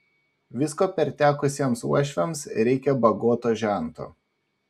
visko pertekusiems uošviams reikia bagoto žento